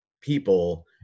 people